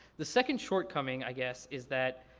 the second shortcoming i guess is that,